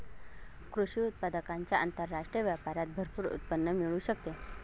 कृषी उत्पादकांच्या आंतरराष्ट्रीय व्यापारात भरपूर उत्पन्न मिळू शकते